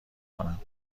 کنم